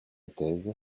thèse